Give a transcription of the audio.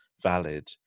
valid